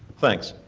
thanks.